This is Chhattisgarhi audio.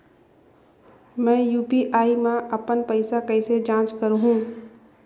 मैं यू.पी.आई मा अपन पइसा कइसे जांच करहु?